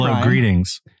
greetings